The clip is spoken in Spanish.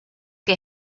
que